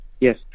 Yes